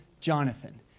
Jonathan